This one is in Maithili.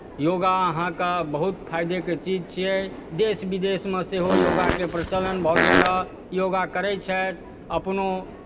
योगा अहाँकेँ बहुत फायदेके चीज छियै देश विदेशमे सेहो योगाके प्रचलन भऽ गेल हेँ योगा करै छथि अपनो